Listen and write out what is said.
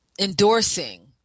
endorsing